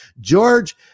George